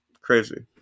crazy